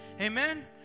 Amen